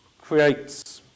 creates